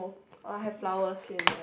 I have flowers